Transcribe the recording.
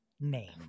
name